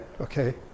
okay